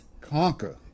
conquer